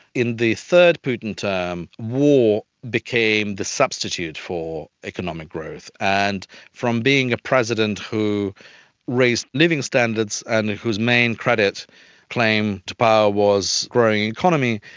in the third putin term war became the substitute for economic growth, and from being a president who raised living standards and whose main credit claim to power was growing the economy,